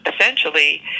essentially